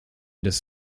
des